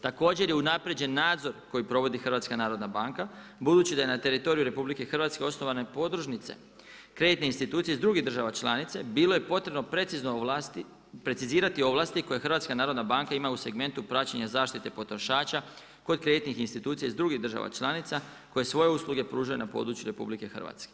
Također je unaprijeđen nadzor koji provodi HNB, budući da je na teritoriju RH, osnovane i podružnice kreditne institucije iz drugih država članice, bili je potrebno precizirati ovlasti koje HNB ima u segmentu praćenja zaštite potrošača kod kreditnih institucija iz drugih država članica, koje svoje usluge pružaju na području RH.